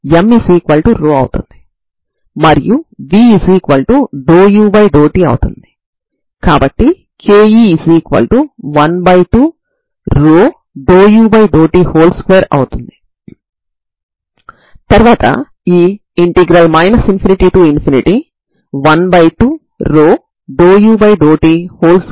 ఇక్కడ f రెండుసార్లు differentiable కావాలి కాబట్టి f ఈ యొక్క మూడవ ఉత్పన్నం అంటే f పీస్ వైస్ కంటిన్యూస్ కావాలి మరియు g కూడా ఈ నియమాలకు లోబడి పీస్ వైస్ కంటిన్యూస్ కావాలి